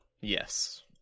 yes